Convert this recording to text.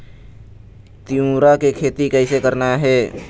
तिऊरा के खेती कइसे करना हे?